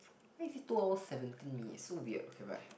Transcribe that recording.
ninety two hours seventeen years so weird okay but